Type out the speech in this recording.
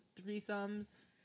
threesomes